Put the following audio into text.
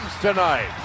tonight